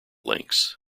links